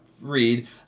read